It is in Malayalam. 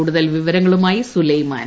കൂടുതൽ വിവരങ്ങളുമായി സുലൈമാൻ